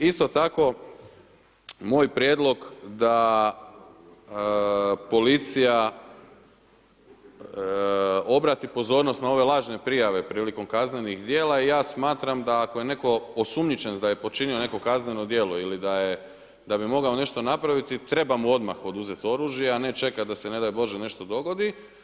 Isto tako moj prijedlog da policija obrati pozornost na ove lažne prijave prilikom kaznenih djela, ja smatram da ako je netko osumnjičen da je počinio neko kazneno djelo ili da bi mogao nešto napraviti, treba mu odmah oduzeti oružje a ne čekati da se ne daj Bože nešto dogodi.